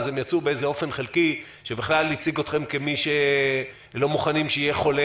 הם יצאו באופן חלקי שבכלל הציג אתכם כמי שלא מוכנים שיהיה חולה